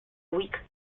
weak